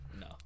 No